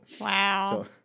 Wow